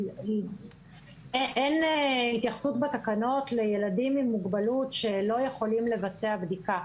בתקנות אין התייחסות לילדים עם מוגבלות שלא יכולים לבצע בדיקה.